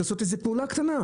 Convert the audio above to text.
אתה צריך לעשות איזו פעולה קטנה,